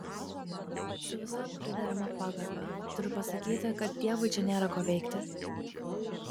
su visa priderama pagarba turiu pasakyti kad dievui čia nėra ko veikti